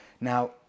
Now